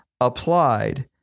Applied